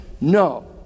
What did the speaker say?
No